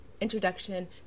introduction